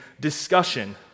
discussion